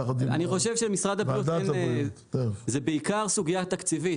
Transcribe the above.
ועדת הבריאות --- זה בעיקר סוגיי התקציבית.